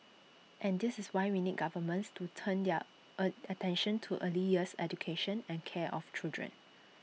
and this is why we need governments to turn their A attention to early years education and care of children